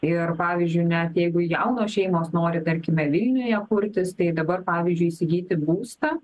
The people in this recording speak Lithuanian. ir pavyzdžiui net jeigu jaunos šeimos nori tarkime vilniuje kurtis tai dabar pavyzdžiui įsigyti būstą